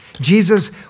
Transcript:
Jesus